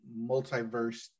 multiverse